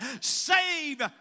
Save